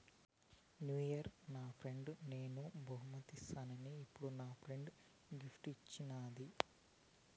new year నా ఫ్రెండ్కి నేను బహుమతి ఇస్తిని, ఇప్పుడు నా ఫ్రెండ్ గిఫ్ట్ ఇచ్చిన్నాది